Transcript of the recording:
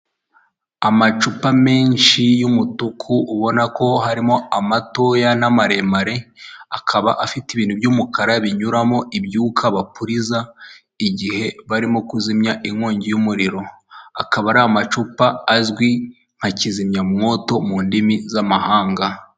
Umuhanda ni igikorwaremezo gifasha abantu bose mu buzima bwabo bwa buri munsi turavuga abamotari, imodoka ndetse n'abandi bantu bawukoresha mu buryo busanzwe burabafasha mu bikorwa byabo bya buri munsi.